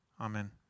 Amen